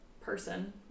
person